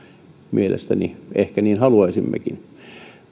mielestäni ehkä niin haluaisimmekin